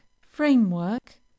framework